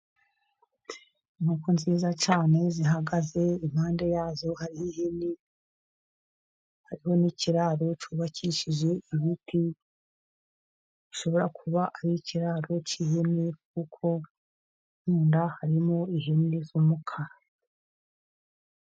Inkoko nziza cyane zihagaze impande yazo hariho ihene, hariho n'ikiraro cyubakishije ibiti, bishobora kuba ari ikiraro cy'ihene, kuko hirya harimo ihene z'umukara.